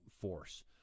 force